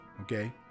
Okay